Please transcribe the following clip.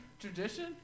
tradition